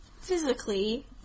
physically